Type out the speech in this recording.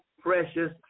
precious